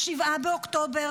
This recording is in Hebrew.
7 באוקטובר